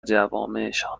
جوامعشان